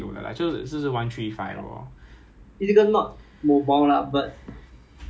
ya ya correct correct 因为我我是 train to 我是 train to be sergeant mah